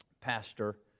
pastor